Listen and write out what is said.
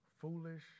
Foolish